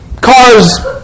cars